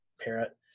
Parrot